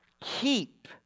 keep